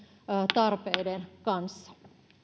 tarpeiden kanssa